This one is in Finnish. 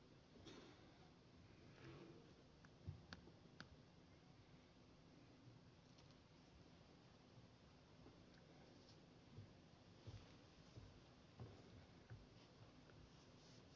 arvoisa puhemies